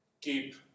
keep